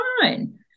fine